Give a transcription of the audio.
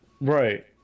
Right